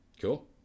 Cool